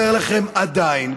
אתם גם לא יודעים להפסיד.